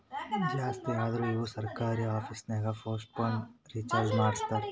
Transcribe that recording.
ಜಾಸ್ತಿ ಅಂದುರ್ ಇವು ಸರ್ಕಾರಿ ಆಫೀಸ್ನಾಗ್ ಪೋಸ್ಟ್ ಪೇಯ್ಡ್ ರೀಚಾರ್ಜೆ ಮಾಡಸ್ತಾರ